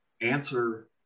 answer